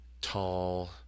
tall